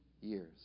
years